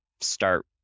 start